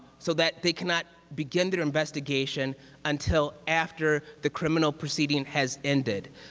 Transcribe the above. so that they cannot begin their investigation until after the criminal proceeding has ended?